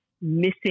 missing